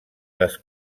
les